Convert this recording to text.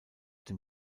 den